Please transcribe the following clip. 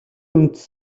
үндэс